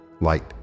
Light